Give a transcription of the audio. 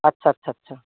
আচ্ছা আচ্ছা আচ্ছা